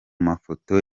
mafoto